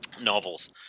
novels